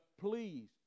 please